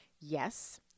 yes